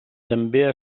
també